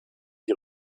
die